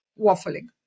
waffling